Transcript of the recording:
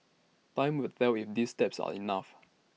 time will tell if these steps are enough